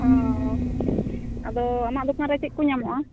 ᱚᱸᱻ ᱟᱫᱚ ᱟᱢᱟᱜ ᱫᱚᱠᱟᱱ ᱨᱮ ᱪᱮᱫ ᱠᱚ ᱧᱟᱢᱚᱜᱼᱟ